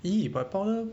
!ee! but powder